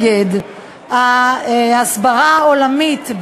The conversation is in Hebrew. ההסברה העולמית,